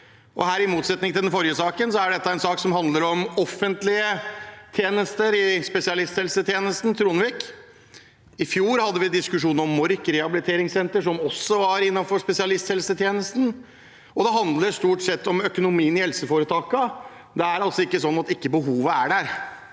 i motsetning til den forrige, er en sak som handler om offentlige tjenester i spesialisthelsetjenesten, om Tronvik. I fjor hadde vi diskusjon om Mork rehabiliteringssenter, som også var innenfor spesialisthelsetjenesten. Det handler stort sett om økonomien i helseforetakene. Det er altså ikke sånn at behovet ikke er der.